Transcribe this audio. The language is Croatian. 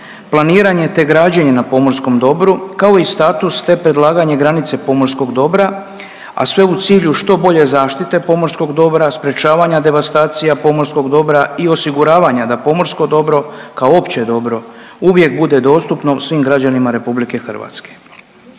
planiranje te građane na pomorskom dobru kao i status te predlaganje granice pomorskog dobra, a sve u cilju što bolje zaštite pomorskog dobra, sprečavanja devastacija pomorskog dobra i osiguravanja da pomorsko dobro kao opće dobro uvijek bude dostupno svim građanima RH.